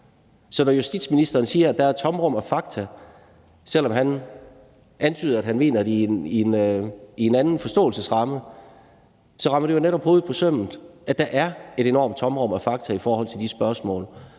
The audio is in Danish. Så når justitsministeren siger, at der er et tomrum af fakta, selv om han antyder, at han mener det i en anden forståelsesramme, rammer det jo netop hovedet på sømmet, for der er et enormt tomrum af fakta i forhold til de spørgsmål.